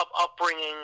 upbringing